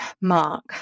mark